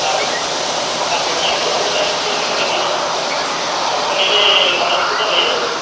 ରାହୁଲ ଆଉ ସୋନାଲି ତ ଭଲ ଡ୍ୟାନ୍ସ କରୁଛି ମୁଁ ଦେଖିଲି ଜଟଣୀରେ ଗଣେଶ ପୂଜାରେ